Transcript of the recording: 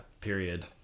Period